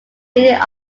leading